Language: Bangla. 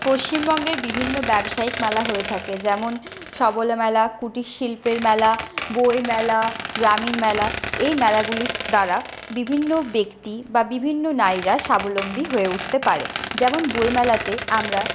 পশ্চিমবঙ্গের বিভিন্ন ব্যবসায়িক মেলা হয়ে থাকে যেমন সবলা মেলা কুটির শিল্পের মেলা বই মেলা গ্রামীণ মেলা এই মেলাগুলির দ্বারা বিভিন্ন ব্যক্তি বা বিভিন্ন নারীরা স্বাবলম্বী হয়ে উঠতে পারে যেমন বইমেলাতে আমরা